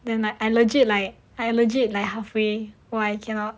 then like I legit like I allergic like halfway I cannot